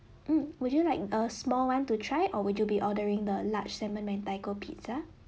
mm would you like a small one to try or would you be ordering the large salmon mentaiko pizza